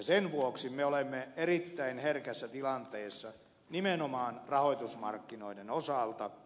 sen vuoksi me olemme erittäin herkässä tilanteessa nimenomaan rahoitusmarkkinoiden osalta